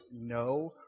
no